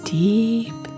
deep